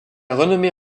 renommée